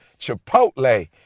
Chipotle